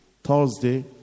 Thursday